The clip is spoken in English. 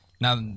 Now